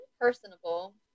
personable